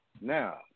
Now